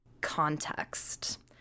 context